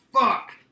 fuck